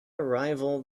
arrival